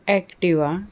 Activa